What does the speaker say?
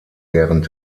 während